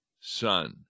son